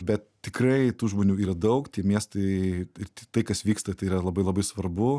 bet tikrai tų žmonių yra daug tai miestai ir tai kas vyksta tai yra labai labai svarbu